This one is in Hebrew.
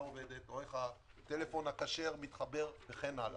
עובדת או איך הטלפון הכשר מתחבר וכן הלאה.